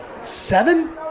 seven